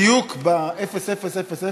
בדיוק ב-0000.